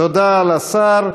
תודה לשר.